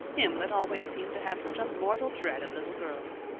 him that always seemed to have such a mortal dread of little girls.